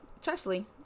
chesley